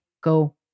go